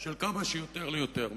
של כמה שיותר ליותר.